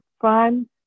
fun